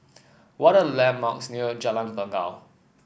what are the landmarks near Jalan Bangau